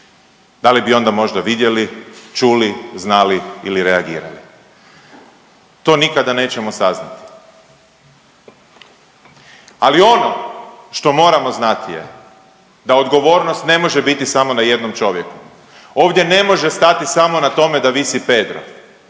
Da li bi onda možda vidjeli, čuli, znali ili reagirali? To nikada nećemo saznati. Ali ono što moramo znati je da odgovornost ne može biti samo na jednom čovjeku, ovdje ne može stati samo na tome da visi Pedro,